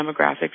demographics